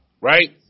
Right